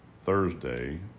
Thursday